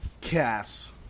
Cass